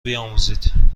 بیاموزید